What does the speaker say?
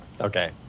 Okay